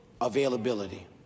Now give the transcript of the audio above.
availability